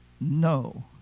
no